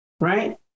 right